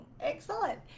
Excellent